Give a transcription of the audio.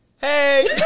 Hey